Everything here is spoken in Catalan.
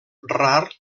rar